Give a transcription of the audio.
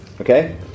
Okay